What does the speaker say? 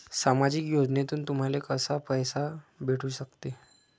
सामाजिक योजनेतून तुम्हाले कसा पैसा भेटू सकते?